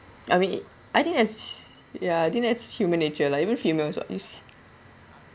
I mean I think it's ya I think that's human nature lah even females [what] you see